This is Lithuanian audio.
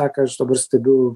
tą ką aš dabar stebiu